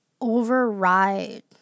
override